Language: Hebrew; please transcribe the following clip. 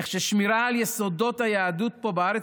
איך השמירה על יסודות היהדות פה בארץ